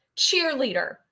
cheerleader